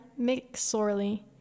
McSorley